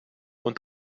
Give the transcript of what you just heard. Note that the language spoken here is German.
und